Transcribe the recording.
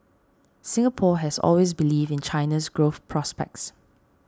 Singapore has always believed in China's growth prospects